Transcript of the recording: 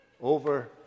over